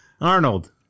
Arnold